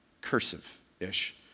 cursive-ish